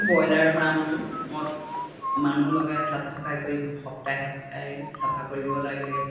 broiler ফাৰ্মত মানুহ লগাই চাফ চাফাই কৰি সপ্তাহে সপ্তাহে চাফা কৰিব লাগে